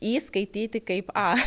i skaityti kaip a